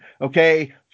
okay